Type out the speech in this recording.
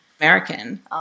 American